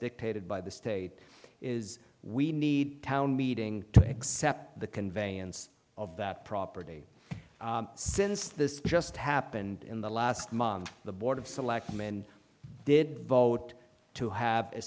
dictated by the state is we need town meeting to accept the conveyance of that property since this just happened in the last month the board of selectmen did vote to have a